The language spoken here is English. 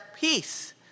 peace